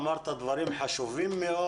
אמרת דברים חשובים מאוד.